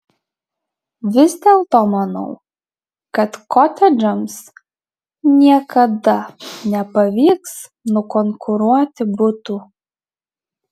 vis dėlto manau kad kotedžams niekada nepavyks nukonkuruoti butų